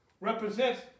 represents